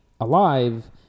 alive